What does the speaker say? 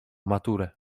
maturę